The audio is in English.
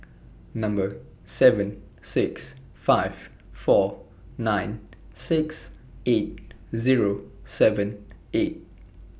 Number seven six five four nine six eight Zero seven eight